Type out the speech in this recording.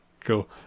cool